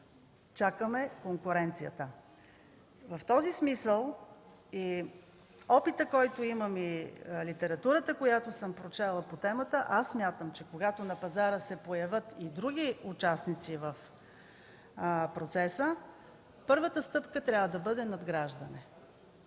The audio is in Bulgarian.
Чакаме конкуренцията. В този смисъл от опита, който имам, и литературата, която съм прочела по темата, смятам, че когато на пазара се появят и други участници в процеса, първата стъпка трябва да бъде надграждане.